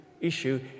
issue